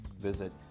Visit